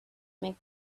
make